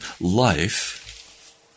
life